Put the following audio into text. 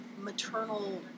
maternal